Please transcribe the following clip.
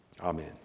Amen